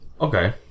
Okay